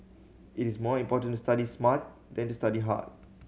it is more important to study smart than to study hard